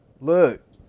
look